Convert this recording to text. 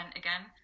again